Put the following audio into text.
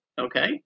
Okay